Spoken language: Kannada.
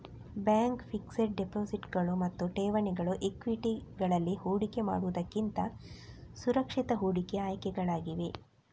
ಬ್ಯಾಂಕ್ ಫಿಕ್ಸೆಡ್ ಡೆಪಾಸಿಟುಗಳು ಮತ್ತು ಠೇವಣಿಗಳು ಈಕ್ವಿಟಿಗಳಲ್ಲಿ ಹೂಡಿಕೆ ಮಾಡುವುದಕ್ಕಿಂತ ಸುರಕ್ಷಿತ ಹೂಡಿಕೆ ಆಯ್ಕೆಗಳಾಗಿವೆ